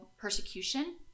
persecution